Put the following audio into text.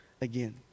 again